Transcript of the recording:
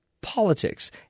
politics